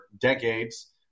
decades